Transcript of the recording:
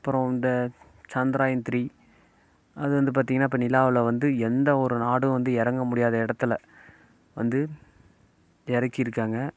அப்புறம் இந்த சந்திராயன் த்ரீ அது வந்து பார்த்திங்கன்னா இப்போ நிலாவில் வந்து எந்த ஒரு நாடும் வந்து இறங்க முடியாத இடத்துல வந்து இறக்கிருக்காங்க